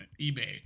eBay